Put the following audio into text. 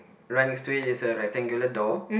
right next to it is a rectangular door